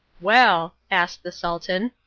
well, asked the sultan,